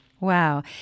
Wow